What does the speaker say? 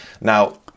now